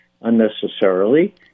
unnecessarily